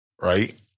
right